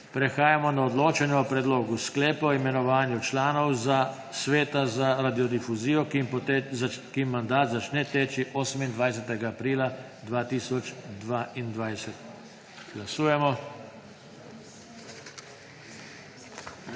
Prehajamo na odločanje o Predlogu sklepa o imenovanju članov Sveta za radiodifuzijo, ki jim mandat začne teči 28. aprila 2022. Glasujemo.